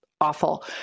awful